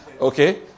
Okay